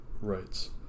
writes